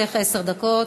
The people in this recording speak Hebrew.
לרשותך עשר דקות.